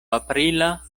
aprila